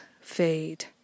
fade